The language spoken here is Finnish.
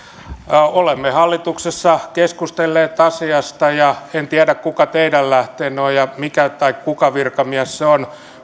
olemme hallituksessa keskustelleet asiasta ja en tiedä kuka teidän lähteenne on ja mikä tai kuka virkamies se on